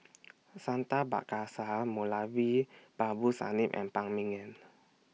Santha Moulavi Babu Sahib and Phan Ming Yen